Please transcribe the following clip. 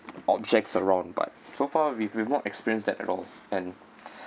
objects around but so far we we've not experience that at all and